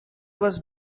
was